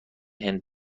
هند